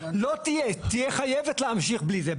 הוועדה תהיה חייבת להמשיך בלי זה.